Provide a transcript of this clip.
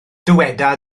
dyweda